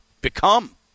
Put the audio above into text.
become